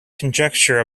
conjecture